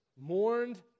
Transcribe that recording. mourned